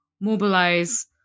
mobilize